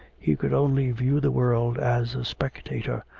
he could only view the world as a spectator,